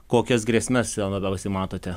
kokias grėsmes labiausiai matote